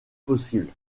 possibles